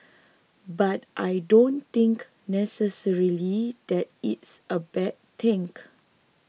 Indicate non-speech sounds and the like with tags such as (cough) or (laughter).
but I don't think necessarily that it's a bad thing (unintelligible)